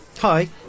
Hi